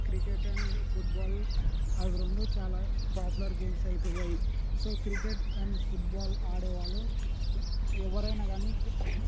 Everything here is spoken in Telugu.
క్రికెట్ అండ్ ఫుట్బాల్ ఆ రెండు చాలా పాపులర్ గేమ్స్ అయిపోయాయి సో క్రికెట్ అండ్ ఫుట్బాల్ ఆడేవాళ్ళు ఎవరైనా కాని